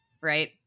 Right